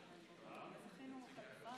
בפתח הישיבה